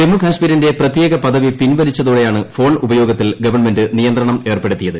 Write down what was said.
ജമ്മുകാശ്മീരിന്റെ പ്രത്യേക് പദവി പിൻവലിച്ചതോടെയാണ് ഫോൺ ഉപയോഗത്തിൽ ഗവൺമെന്റ് നിയന്ത്രണം ഏർപ്പെടുത്തിയത്